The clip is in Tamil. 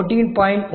14